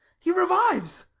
he revives.